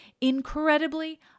incredibly